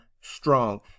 strong